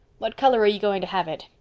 what color are you going to have it?